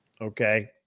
Okay